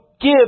give